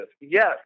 Yes